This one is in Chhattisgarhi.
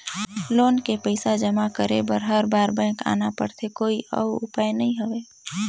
लोन के पईसा जमा करे बर हर बार बैंक आना पड़थे कोई अउ उपाय नइ हवय?